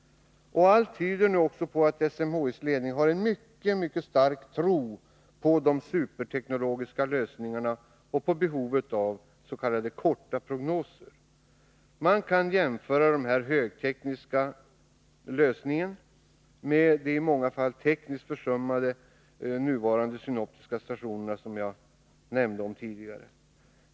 Allt tyder nu på att SMHI:s ledning har en mycket stark tro på de superteknologiska lösningar och på behovet av s.k. korta prognoser. Man kan jämföra dessa högtekniska lösningar med de i många fall tekniskt försummade nuvarande synoptiska stationerna, som jag talade om tidigare.